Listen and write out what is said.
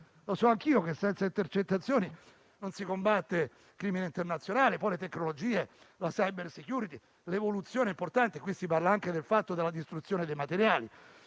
Lo so anch'io che senza intercettazioni non si combatte il crimine internazionale. Poi le tecnologie, la cybersecurity e la loro evoluzione sono importanti. Si parla anche della distruzione dei materiali